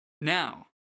Now